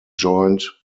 joined